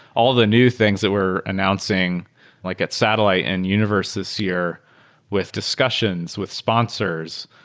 all the new things that we're announcing like at satellite and universe this year with discussions with sponsors,